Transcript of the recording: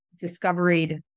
discovered